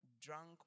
drunk